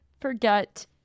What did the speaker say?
forget